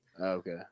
Okay